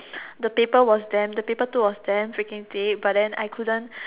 the paper was damn the paper two was damn freaking thick but then I couldn't